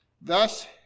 Thus